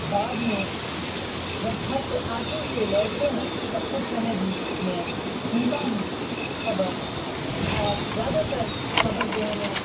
بعد میں جب گھر سے آتے ہوئے لوٹتے ہیں تب اس سمے بھی میں سنتا ہوں خبر اور زیادہ تر خبر جو ہے میں